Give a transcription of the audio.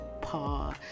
paw